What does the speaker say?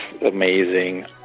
amazing